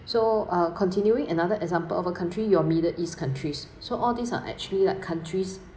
so ah continuing another example of a country your middle east countries so all these are actually like countries